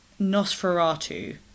Nosferatu